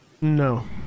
no